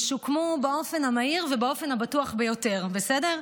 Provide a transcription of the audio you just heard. ישוקמו באופן המהיר ובאופן הבטוח ביותר, בסדר?